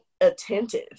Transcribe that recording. attentive